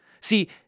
See